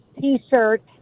t-shirt